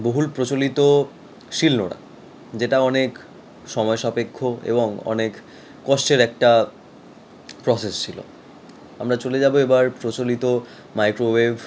বহুল প্রচলিত শিলনোড়া যেটা অনেক সময় সাপেক্ষ এবং অনেক কষ্টের একটা প্রসেস ছিলো আমরা চলে যাবো এবার প্রচলিত মাইক্রোওয়েভ